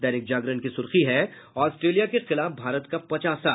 दैनिक जागरण की सुर्खी है ऑस्ट्रेलिया के खिलाफ भारत का पचासा